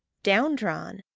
down-drawn,